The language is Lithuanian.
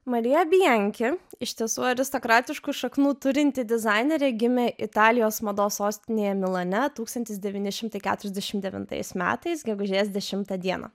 marija bianki iš tiesų aristokratiškų šaknų turinti dizainerė gimė italijos mados sostinėje milane tūkstantis devyni šimtai keturiasdešimt devintais metais gegužės dešimtą dieną